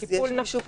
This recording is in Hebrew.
כי טיפול נפשי,